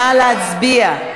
נא להצביע.